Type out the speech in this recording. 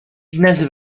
dnes